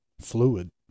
fluid